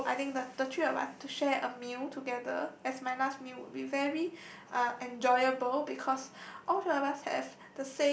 so I think the the three of us to share a meal together as a my last meal would be very uh enjoyable because all three of us have